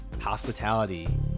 hospitality